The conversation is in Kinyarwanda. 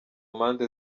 mpande